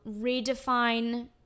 redefine